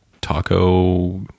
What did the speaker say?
taco